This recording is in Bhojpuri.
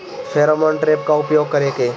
फेरोमोन ट्रेप का उपयोग कर के?